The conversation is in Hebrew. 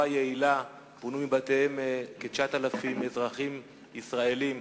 יעילה פונו מבתיהם כ-9,000 אזרחים ישראלים,